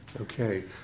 Okay